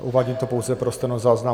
Uvádím to pouze pro stenozáznam.